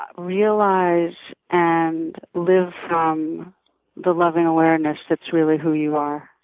but realize and live from the loving awareness that's really who you are.